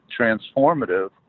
transformative